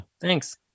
thanks